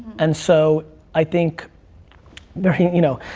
and so i think very, you know,